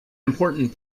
important